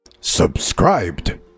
Subscribed